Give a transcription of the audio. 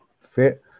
Fit